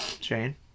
Shane